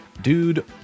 dude